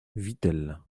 vittel